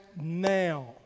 now